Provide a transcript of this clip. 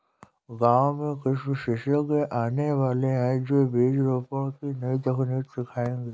गांव में कृषि विशेषज्ञ आने वाले है, जो बीज रोपण की नई तकनीक सिखाएंगे